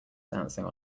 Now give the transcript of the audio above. dancing